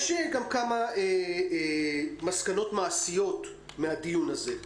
יש גם כמה מסקנות מעשיות מן הדיון הזה.